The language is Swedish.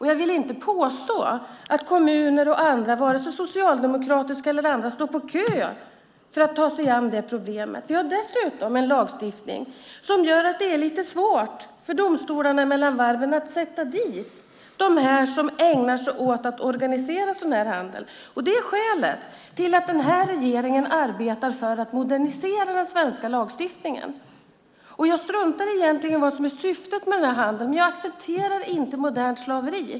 Jag vill inte påstå att kommuner, vare sig socialdemokratiska eller andra, står på kö för att ta sig an det problemet. Vi har dessutom en lagstiftning som gör att det mellan varven är lite svårt för domstolarna att sätta dit dem som ägnar sig åt att organisera sådan här handel. Det är skälet till att den här regeringen arbetar för att modernisera den svenska lagstiftningen. Jag struntar egentligen i vad som är syftet med handeln, men jag accepterar inte modernt slaveri.